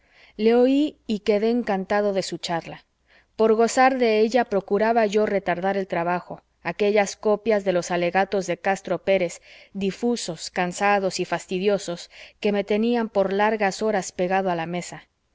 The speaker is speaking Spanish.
le oí y quedé encantado de su charla por gozar de ella procuraba yo retardar el trabajo aquellas copias de los alegatos de castro pérez difusos cansados y fastidiosos que me tenían por largas horas pegado a la mesa